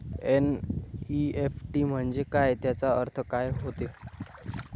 NEFT म्हंजे काय, त्याचा अर्थ काय होते?